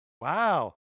wow